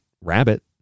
rabbit